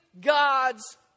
God's